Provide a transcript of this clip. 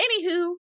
anywho